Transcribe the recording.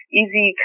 easy